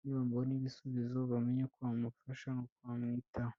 nibabona ibisubizo, bamenye uko bamufasha n'uko bamwitaho.